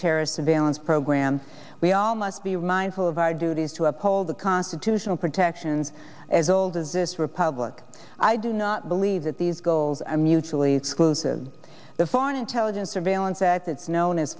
terrorist surveillance program we all must be mindful of our duties to uphold the constitutional protections as old as this republic i do not believe that these goals are mutually exclusive the foreign intelligence surveillance act it's known